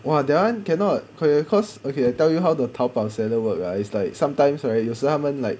!wah! that one cannot okay cause okay tell you how the 淘宝 seller work right it's like sometimes right 有时他们 like